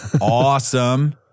Awesome